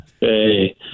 Hey